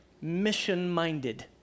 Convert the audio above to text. mission-minded